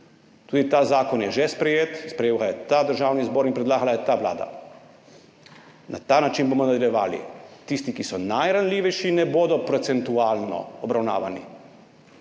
Tudi ta zakon je že sprejet, sprejel ga je Državni zbor in predlagala ga je ta vlada. Na ta način bomo nadaljevali. Tisti, ki so najranljivejši, ne bodo obravnavani